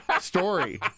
story